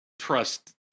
trust